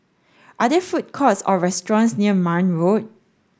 are there food courts or restaurants near Marne Road